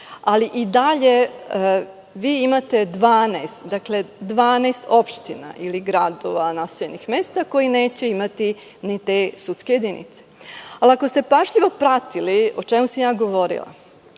redu.I dalje, vi imate 12 opština ili gradova naseljenih mesta koji neće imati ni te sudske jedinice. Ako ste pažljivo pratili o čemu sam ja govorila,